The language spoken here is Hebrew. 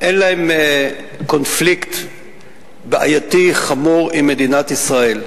אין להן קונפליקט בעייתי חמור עם מדינת ישראל.